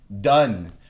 Done